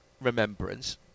remembrance